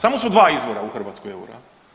Samo su dva izvora u Hrvatskoj eura.